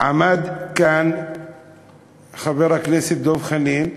עמד כאן חבר הכנסת דב חנין,